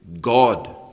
God